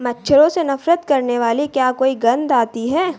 मच्छरों से नफरत करने वाली क्या कोई गंध आती है?